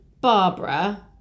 Barbara